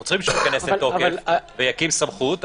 אנחנו צריכים שהוא ייכנס לתוקף ויקים סמכות,